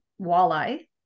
walleye